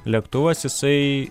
lėktuvas jisai